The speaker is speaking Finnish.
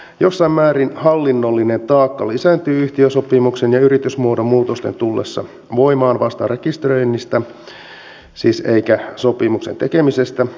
jossain määrin hallinnollinen taakka lisääntyy yhtiösopimuksen ja yritysmuodon muutosten tullessa voimaan vasta rekisteröinnistä eikä siis sopimuksen tekemisestä